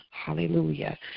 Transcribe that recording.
hallelujah